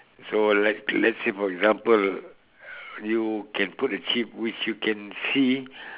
so let let's say for example you can put a chip which you can see